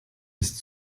ist